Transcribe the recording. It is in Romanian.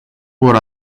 vor